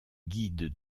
guides